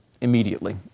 immediately